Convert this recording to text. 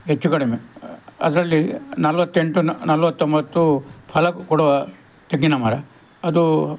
ಹೆಚ್ಚು ಕಡಿಮೆ ಅದರಲ್ಲಿ ನಲವತ್ತೆಂಟು ನಲವತ್ತೊಂಬತ್ತು ಫಲ ಕೊಡುವ ತೆಂಗಿನಮರ ಅದು